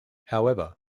however